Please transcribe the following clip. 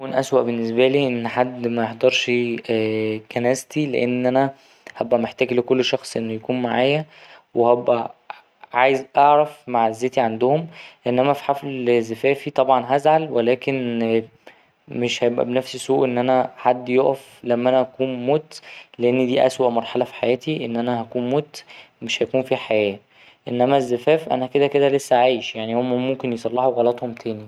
يكون أسوأ بالنسبالي إن حد ميحضرش جنازتي لأن أنا هبقى محتاج لكل شخص إنه يكون معايا وهبقى عايز أعرف معزتي عندهم إنما في حفل زفافي طبعا هزعل ولكن مش هيبقى بنفس سوء إن أنا حد يقف لما أنا أكون مت لأن دي أسوأ مرحلة في حياتي إن أنا هكون مت مش هيكون فيه حياة إنما الزفاف أنا كده كده لسه عايش يعني هما ممكن يصلحوا غلطهم تاني.